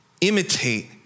imitate